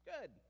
Good